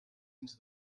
into